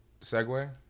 segue